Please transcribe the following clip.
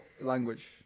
language